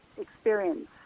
experience